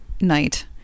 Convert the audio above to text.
night